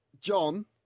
John